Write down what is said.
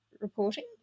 reporting